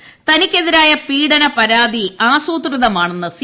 ശശി തനിക്ക് എതിരായ പീഡന പരാതി ആസൂത്രിതമാണെന്ന് സി